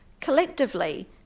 Collectively